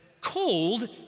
cold